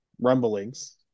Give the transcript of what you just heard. rumblings